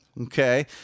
Okay